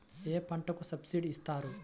ఏ పంటకు సబ్సిడీ ఇస్తారు?